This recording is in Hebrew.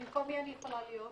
במקום מי אני יכולה להצביע?